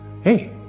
Hey